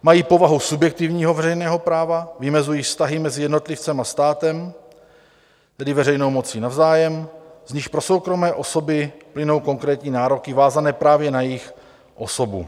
Mají povahu subjektivního veřejného práva, vymezují vztahy mezi jednotlivcem a státem, tedy veřejnou mocí navzájem, z nichž pro soukromé osoby plynou konkrétní nároky vázané právě na jejich osobu.